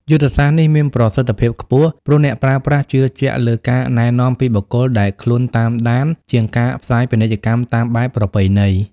យុទ្ធសាស្ត្រនេះមានប្រសិទ្ធភាពខ្ពស់ ព្រោះអ្នកប្រើប្រាស់ជឿជាក់លើការណែនាំពីបុគ្គលដែលខ្លួនតាមដានជាងការផ្សាយពាណិជ្ជកម្មតាមបែបប្រពៃណី។